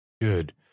Good